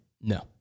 No